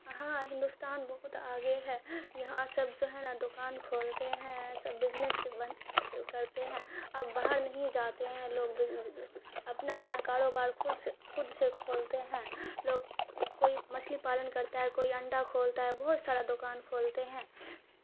ہاں ہندوستان بہت آگے ہے یہاں سب جو ہے نا دکان کھولتے ہیں سب بزنس کرتے ہیں اب باہر نہیں جاتے ہیں لوگ بھی اپنا اپنا کاروبار خود سے خود سے کھولتے ہیں لوگ کوئی مچھلی پالن کرتا ہے کوئی انڈا کھولتا ہے بہت سارا دکان کھولتے ہیں